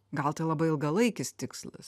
gal tai labai ilgalaikis tikslas